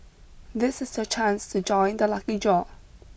this is the chance to join the lucky draw